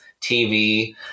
tv